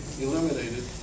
eliminated